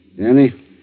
Danny